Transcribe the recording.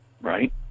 right